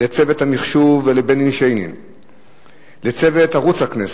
ליועצים המשפטיים וצוות הלשכה המשפטית,